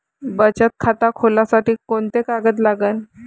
बचत खात खोलासाठी कोंते कागद लागन?